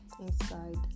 inside